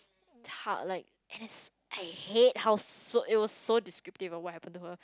like it's I hate how so it was so descriptive of what happened to her